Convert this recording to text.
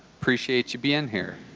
appreciate you being here.